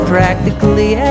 Practically